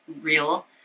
real